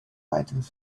items